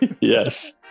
Yes